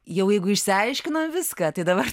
jau jeigu išsiaiškino viską tai dabar